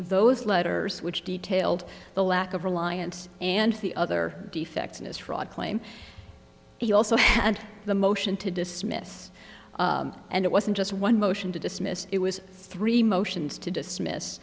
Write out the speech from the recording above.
those letters which detailed the lack of reliance and the other defects in his fraud claim he also and the motion to dismiss and it wasn't just one motion to dismiss it was three motions to dismiss